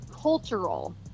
cultural